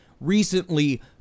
recently